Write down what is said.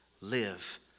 Live